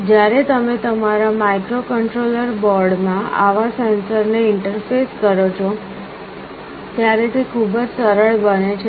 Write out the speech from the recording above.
જ્યારે તમે તમારા માઇક્રોકન્ટ્રોલર બોર્ડ માં આવા સેન્સર ને ઇન્ટરફેસ કરો છો ત્યારે તે ખૂબ જ સરળ બને છે